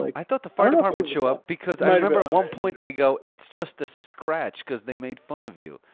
like i thought the fire department show up because i remember, at one point, they go, it's just a scratch, cause they made fun of you,